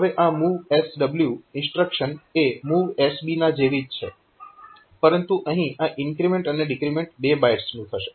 હવે આ MOVSW instruction એ MOVSB ના જેવી જ છે પરંતુ અહીં આ ઇન્ક્રીમેન્ટ અને ડીક્રીમેન્ટ 2 બાઇટ્સનું હશે